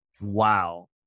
Wow